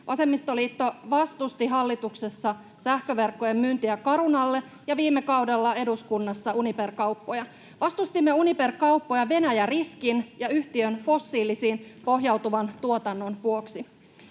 Vasemmistoliitto vastusti hallituksessa sähköverkkojen myyntiä Carunalle ja viime kaudella eduskunnassa Uniper-kauppoja. Vastustimme Uniper-kauppoja Venäjä-riskin ja yhtiön fossiilisiin pohjautuvan tuotannon vuoksi.